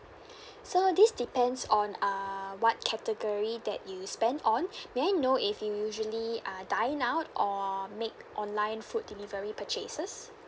so this depends on uh what category that you spend on may I know if you usually uh dine out or make online food delivery purchases